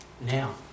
now